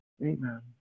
Amen